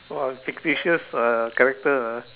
!wah! fictitious character ah